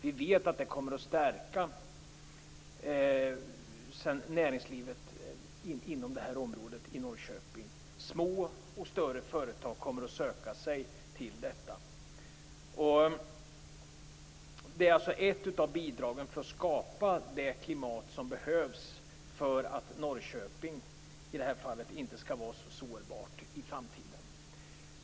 Vi vet att det kommer att stärka näringslivet inom området i Norrköping. Små och större företag kommer att söka sig dit. Det är ett av bidragen för att skapa det klimat som behövs för att Norrköping inte skall vara så sårbart i framtiden.